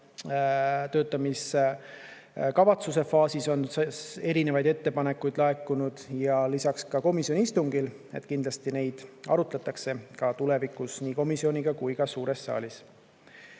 Väljatöötamiskavatsuse faasis on erinevaid ettepanekuid laekunud, lisaks ka komisjoni istungil ja kindlasti neid arutatakse tulevikus nii komisjonis kui ka suures saalis.